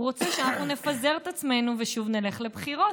הוא רוצה שאנחנו נפזר את עצמנו ושוב נלך לבחירות